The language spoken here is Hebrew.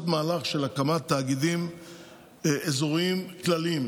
מהלך של הקמת תאגידים אזוריים כלליים,